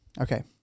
Okay